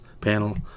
panel